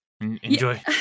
enjoy